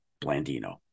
Blandino